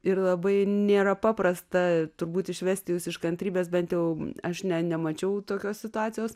ir labai nėra paprasta turbūt išvesti jus iš kantrybės bent jau aš ne nemačiau tokios situacijos